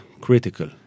critical